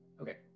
Okay